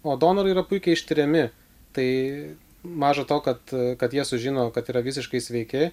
o donorai yra puikiai ištiriami tai maža to kad kad jie sužino kad yra visiškai sveiki